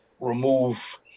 remove